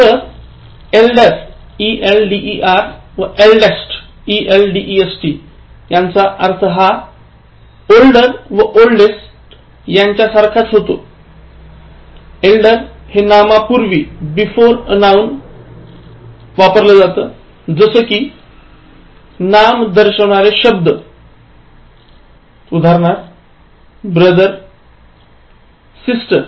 तर एल्डर व एल्डेस्ट यांचा अर्थ हा ओल्डर व ओल्डेस्ट यांसारखाच असतो एल्डर हे नामापूर्वी वापरले जाते जस कि नाम दर्शवणारे शब्द ब्रदर सिस्टर